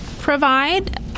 provide